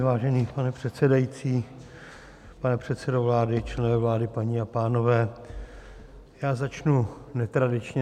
Vážený pane předsedající, pane předsedo vlády, členové vlády, paní a pánové, já začnu netradičně.